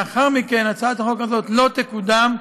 לאחר מכן הצעת החוק הזאת לא תקודם,